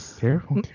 Careful